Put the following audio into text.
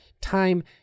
time